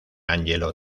angelo